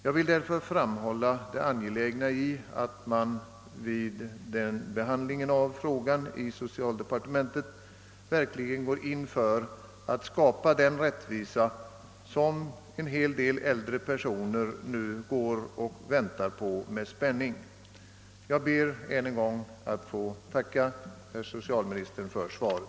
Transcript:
Jag vill därför framhålla det angelägna i att man vid behandling av denna fråga i socialdepartementet verkligen går in för att skapa den rättvisa som ganska många äldre personer nu går och väntar på med spänning. Herr talman! Jag ber att än en gång få tacka socialministern för svaret.